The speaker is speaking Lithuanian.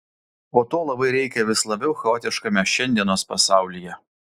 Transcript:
o to labai reikia vis labiau chaotiškame šiandienos pasaulyje